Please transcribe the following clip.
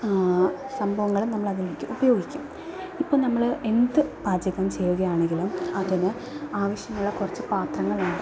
സംഭവങ്ങൾ നമ്മളതിലേക്ക് ഉപയോഗിക്കും ഇപ്പം നമ്മൾ എന്ത് പാചകം ചെയ്യുകയാണെങ്കിലും അതിന് ആവശ്യമുള്ള കുറച്ച് പത്രങ്ങളുണ്ട്